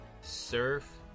surf